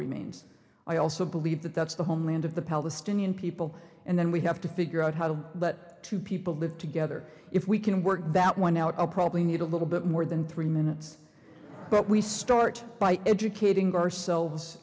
remains i also believe that that's the homeland of the palestinian people and then we have to figure out how to but two people live together if we can work that one out i'll probably need a little bit more than three minutes but we start by educating ourselves